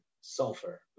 sulfur